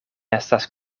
estas